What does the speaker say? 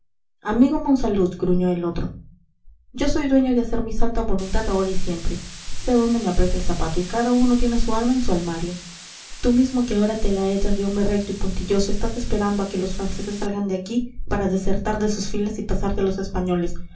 amigo monsalud gruñó el otro yo soy dueño de hacer mi santa voluntad ahora y siempre sé donde me aprieta el zapato y cada uno tiene su alma en su almario tú mismo que ahora te la echas de hombre recto y puntilloso estás esperando a que los franceses salgan de aquí para desertar de sus filas y pasarte a los españoles